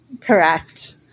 Correct